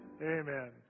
Amen